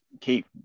Keep